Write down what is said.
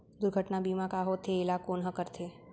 दुर्घटना बीमा का होथे, एला कोन ह करथे?